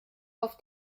auf